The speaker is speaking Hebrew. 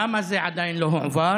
1. למה זה עדיין לא הועבר?